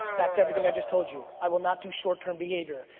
back to everything i just told you, i will not do short term behavior.